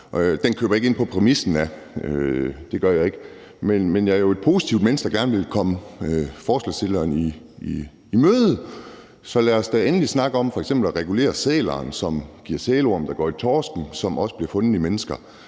køber jeg ikke ind på – det gør jeg ikke – men jeg er jo et positivt menneske, der gerne vil komme forslagsstilleren i møde, så lad os da endelig snakke om f.eks. at regulere sælerne, som smitter med sælorm, der går i torsken, og som også bliver fundet i mennesker.